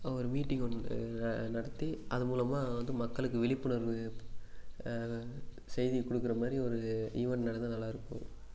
ஒரு மீட்டிங் ஒன்று நடத்தி அது மூலமாக வந்து மக்களுக்கு விழிப்புணர்வு செய்தி கொடுக்கற மாதிரி ஒரு ஈவென்ட் நடந்தால் நல்லா இருக்கும்